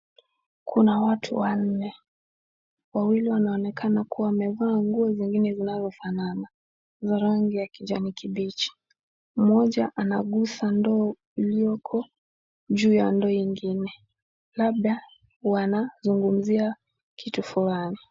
Kuna watu wanne, Wawili wanaonekana wamevaa nguo zingine zinazo fanana za rangi ya kijani kibichi. Mmoja anagusa ndoo iliyoko juu ya ndoo ingine labda wanazungumzia kitu fulani.